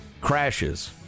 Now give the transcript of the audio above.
crashes